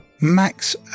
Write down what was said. Max